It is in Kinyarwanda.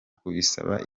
kubisaba